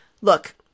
look